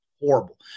horrible